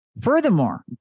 Furthermore